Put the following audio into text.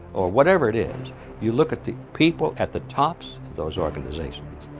or whatever it is you look at the people at the tops of those organizations,